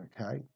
okay